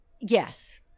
Yes